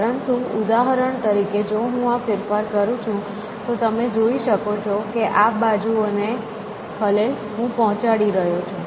પરંતુ ઉદાહરણ તરીકે જો હું આ ફેરફાર કરું છું તો તમે જોઈ શકો છો કે હું આ બાજુઓને ખલેલ પહોંચાડી રહ્યો છું